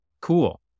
Cool